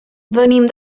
venim